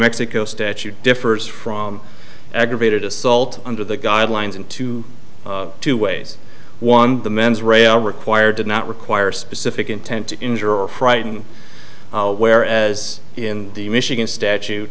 mexico statute differs from aggravated assault under the guidelines and to two ways one the mens rea are required to not require a specific intent to injure or frighten whereas in the michigan statute